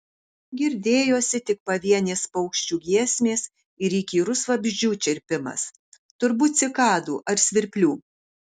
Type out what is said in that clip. girdėjosi tik pavienės paukščių giesmės ir įkyrus vabzdžių čirpimas turbūt cikadų ar svirplių